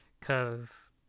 cause